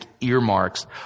earmarks